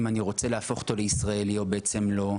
אם אני רוצה להפוך אותו לישראלי או לא,